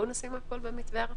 נשים הכול במתווה הארצי.